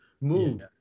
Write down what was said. move